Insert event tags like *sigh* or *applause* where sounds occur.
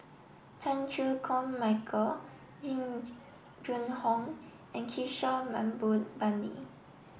Chan Chew Koon Michael Jing *unintelligible* Jun Hong and Kishore Mahbubani